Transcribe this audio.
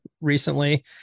recently